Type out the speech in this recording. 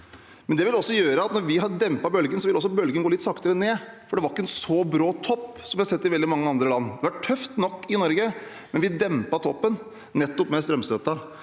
mat. Det vil også gjøre at når vi har dempet bølgen, vil bølgen gå litt saktere ned, for det var ikke en så brå topp som vi har sett i veldig mange andre land. Det har vært tøft nok i Norge, men vi dempet toppen med nettopp strømstøtten.